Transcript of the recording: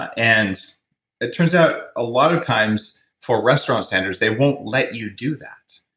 and it turns out a lot of times for restaurant standards they won't let you do that.